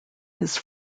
his